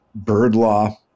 Birdlaw